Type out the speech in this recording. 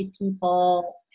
people